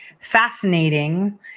fascinating